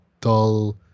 dull